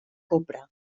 copra